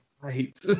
Right